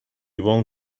von